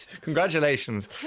Congratulations